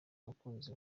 umukunzi